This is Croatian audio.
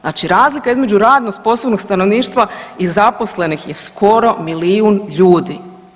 Znači razlika između radno sposobnog stanovništva i zaposlenih je skoro milijun ljudi.